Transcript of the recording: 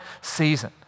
season